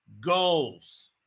goals